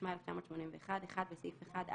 התשמ"א-1981 - (1)בסעיף 1,